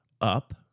up